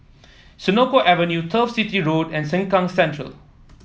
Senoko Avenue Turf City Road and Sengkang Central